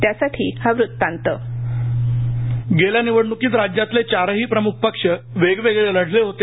त्यासाठी हा वृत्तांत व्हीओ गेल्या निवडण्कीत राज्यातले चारही प्रम्ख पक्ष वेगवेगळे लढले होते